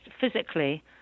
physically